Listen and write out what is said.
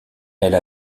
elle